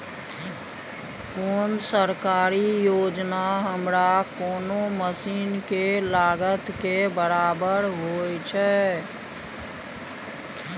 कोन सरकारी योजना हमरा कोनो मसीन के लागत के बराबर होय छै?